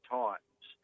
times